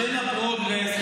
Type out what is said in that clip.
בשם הפרוגרס,